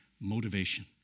motivation